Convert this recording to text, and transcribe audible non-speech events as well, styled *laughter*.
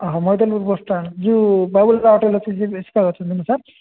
ଅହଃ ମୈଇଦଲପୁରୁ ବସଷ୍ଟାଣ୍ଡ୍ ଯୋଉ ବାବୁଲି ଦା ଅଟୋବାଲା ଅଛି ଯିଏ *unintelligible* ଅଛନ୍ତି ନା ସାର୍